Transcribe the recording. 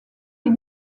est